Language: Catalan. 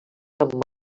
amb